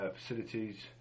facilities